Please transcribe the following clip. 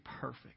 perfect